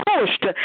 pushed